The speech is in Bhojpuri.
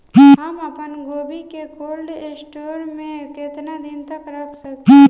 हम आपनगोभि के कोल्ड स्टोरेजऽ में केतना दिन तक रख सकिले?